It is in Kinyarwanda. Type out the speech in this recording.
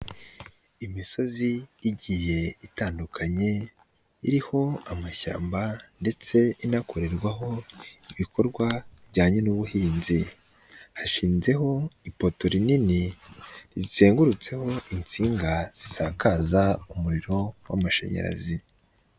Imisozi igiye itandukanye iriho amashyamba ndetse inakorerwaho ibikorwa bijyanye n'ubuhinzi. Hashyiho ipoto rin nini zizengurutseho insinga zisakaza umuriro w'amashanyarazi.